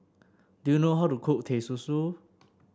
do you know how to cook Teh Susu